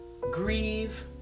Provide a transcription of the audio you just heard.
Grieve